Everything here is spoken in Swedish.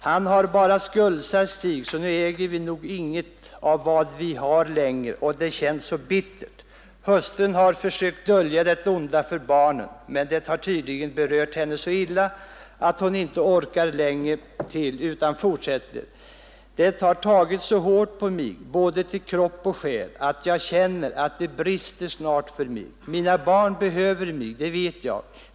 Han har bara skuldsatt sig så nu äger vi nog inget av vad vi har längre och det känns så bittert.” Hustrun har försökt dölja förhållandena för barnen, men det har tydligen berört henne så illa att hon inte orkar länge till. Hon fortsätter: ”Det har tagit så hårt på mig både till kropp och själ, att jag känner, att det brister snart för mig. Mina barn behöver mig det vet jag.